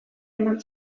eman